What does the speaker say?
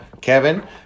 Kevin